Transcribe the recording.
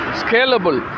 scalable